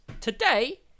Today